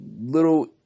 little